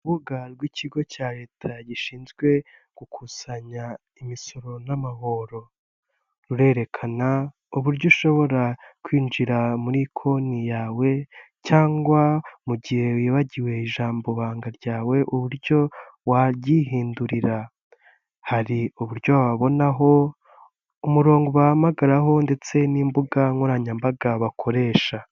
Urubuga rw'ikigo cya leta gishinzwe gukusanya imisoro n'amahoro rurerekana uburyo ushobora kwinjira muri konti yawe cyangwa mu gihe wibagiwe ijambo ibanga ryawe uburyo waryihindurira hari uburyo wabonaho umurongo ubahamagaraho ndetse n'imbuga nkoranyambaga bakoresha.